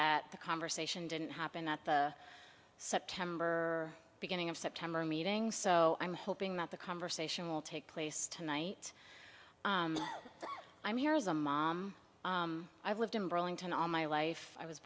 that the conversation didn't happen at the september beginning of september meeting so i'm hoping that the conversation will take place tonight i'm here as a mom i've lived in burlington all my life i was